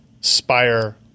Spire